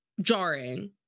jarring